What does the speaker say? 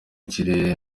kirere